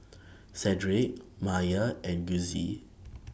Cedric Maia and Gussie